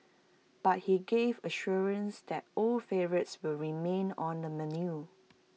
but he gave assurance that old favourites will remain on the menu